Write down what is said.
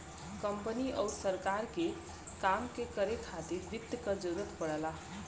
company आउर सरकार के काम के करे खातिर वित्त क जरूरत पड़ला